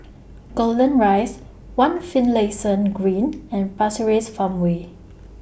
Golden Rise one Finlayson Green and Pasir Ris Farmway